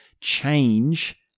change